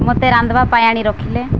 ମୋତେ ରାନ୍ଧବା ପାଇଁ ଆଣି ରଖିଲେ